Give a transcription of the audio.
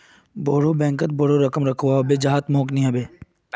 बोरो बैंकत बोरो रकम रखवा ह छेक जहात मोक नइ ह बे